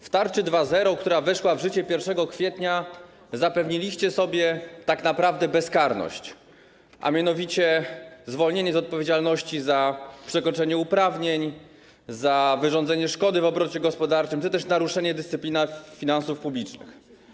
W tarczy 2.0, która weszła w życie 1 kwietnia, zapewniliście sobie tak naprawdę bezkarność, a mianowicie zwolnienie z odpowiedzialności za przekroczenie uprawnień, za wyrządzenie szkody w obrocie gospodarczym czy też naruszenie dyscypliny finansów publicznych.